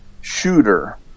shooter